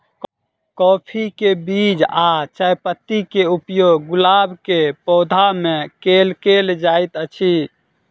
काफी केँ बीज आ चायपत्ती केँ उपयोग गुलाब केँ पौधा मे केल केल जाइत अछि?